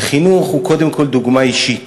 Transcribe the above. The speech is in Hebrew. כי חינוך הוא קודם כול דוגמה אישית,